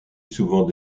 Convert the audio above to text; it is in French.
souvent